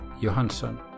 Johansson